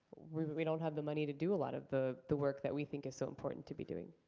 we but we don't have the money to do a lot of the the work that we think is so important to be doing.